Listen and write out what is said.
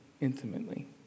intimately